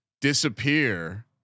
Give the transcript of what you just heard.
disappear